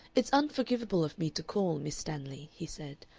it's unforgivable of me to call, miss stanley, he said,